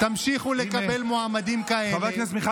תמשיכו לקבל מועמדים כאלה.